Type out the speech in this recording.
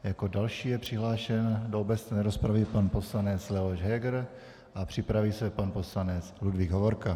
Jako další je přihlášen do obecné rozpravy pan poslanec Leoš Heger a připraví se pan poslanec Ludvík Hovorka.